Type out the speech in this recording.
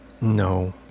No